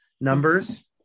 numbers